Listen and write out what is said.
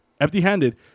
empty-handed